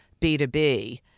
B2B